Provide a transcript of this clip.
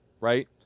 right